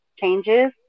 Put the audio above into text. changes